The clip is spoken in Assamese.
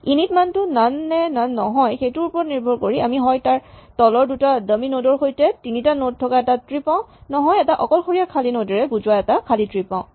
ইনিট মানটো নন নে নন নহয় সেইটোৰ ওপৰত নিৰ্ভৰ কৰি আমি হয় তলৰ দুটা ডামি নড ৰ সৈতে তিনিটা নড থকা এটা ট্ৰী পাওঁ নহয় এটা অকলশৰীয়া খালী নড এৰে বুজোৱা এটা খালী ট্ৰী পাওঁ